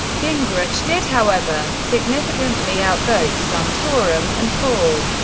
gingrich did, however, significantly outvote santorum and paul.